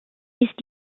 ist